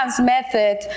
method